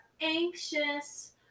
anxious